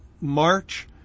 March